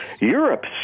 Europe